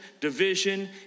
division